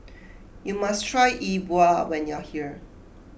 you must try Yi Bua when you are here